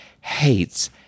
hates